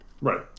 Right